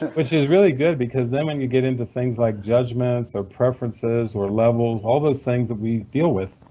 which is really good because then when you get into things like judgements or preferences or levels, all those things that we deal with,